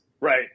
Right